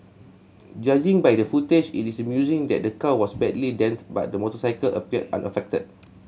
judging by the footage it is amusing that the car was badly dented but the motorcycle appeared unaffected